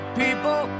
people